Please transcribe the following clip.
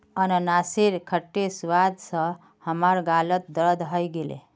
अनन्नासेर खट्टे स्वाद स हमार गालत दर्द हइ गेले